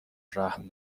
رحم